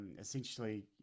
essentially